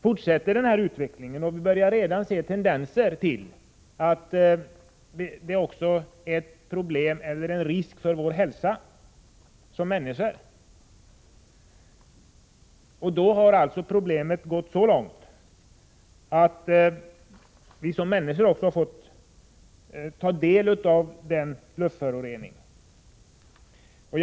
Fortsätter den här utvecklingen — och vi börjar redan se tendenser till att det föreligger risk för vår hälsa — har det gått så långt att vi som människor verkligen fått känna på luftföroreningarna.